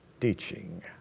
teaching